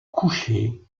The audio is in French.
coucher